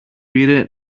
πήρε